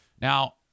Now